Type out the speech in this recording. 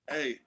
Hey